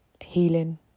Healing